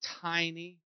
tiny